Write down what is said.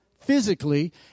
physically